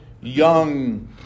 young